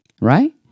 right